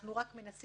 אנחנו רק מנסים